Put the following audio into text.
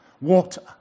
water